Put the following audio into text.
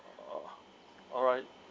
oh alright